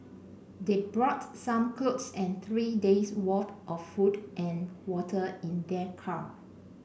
they brought some clothes and three days' worth of food and water in their car